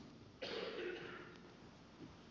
kiitos